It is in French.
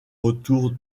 retour